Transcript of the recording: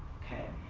okay?